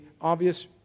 obvious